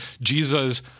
Jesus